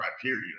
criteria